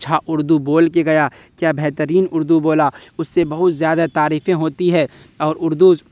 اچھا اردو بول کے گیا کیا بہترین اردو بولا اس سے بہت زیادہ تعریفیں ہوتی ہے اور اردو